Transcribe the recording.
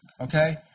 okay